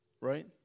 Right